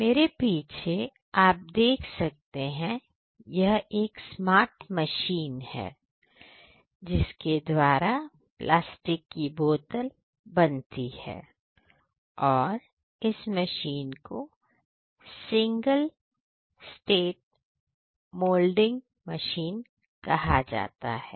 मेरे पीछे आप देख सकते हैं यह एक स्मार्ट मशीन है जिसके द्वारा प्लास्टिक की बोतल बनती है और इस मशीन को single state blow moulding machine कहा जाता है